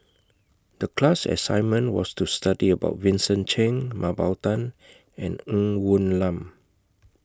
The class assignment was to study about Vincent Cheng Mah Bow Tan and Ng Woon Lam